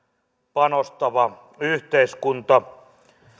panostava yhteiskunta